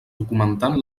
documentant